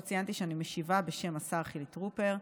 לא ציינתי שאני משיבה בשם השר חילי טרופר.